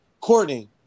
Courtney